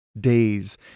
days